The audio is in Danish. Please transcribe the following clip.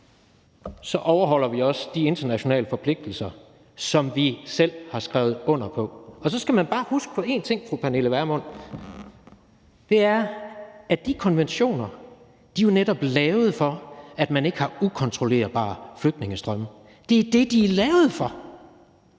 så overholder vi også de internationale forpligtelser, som vi selv har skrevet under på. Og så skal man bare huske på en ting, fru Pernille Vermund, og det er, at de konventioner jo netop er lavet for, at man ikke skal have ukontrollerbare flygtningestrømme. Det er det, de er lavet for.